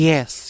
Yes